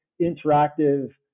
interactive